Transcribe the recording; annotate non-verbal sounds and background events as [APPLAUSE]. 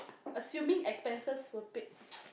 assuming expenses were paid [NOISE]